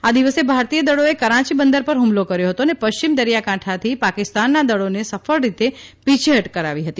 આ દિવસે ભારતીય દળોએ કરાંચી બંદર પર હ્મલો કર્યો હતો અને પશ્ચિમ દરિથાકાંઠાથી પાકિસ્તાનના દળોને સફળ રીતે પીછેહઠ કરાવી હતી